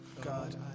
God